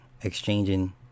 exchanging